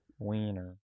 wiener